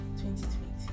2020